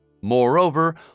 Moreover